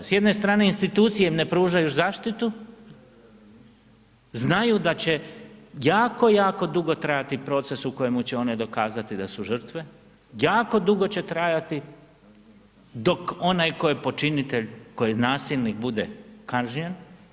S jedne strane institucije ne pružaju zaštitu, znaju da će jako, jako dugo trajati proces u kojemu će one dokazati da su žrtve, jako dugo će trajati dok onaj koji je počinitelj koji je nasilnik bude kažnjen.